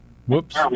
Whoops